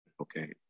okay